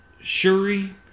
Shuri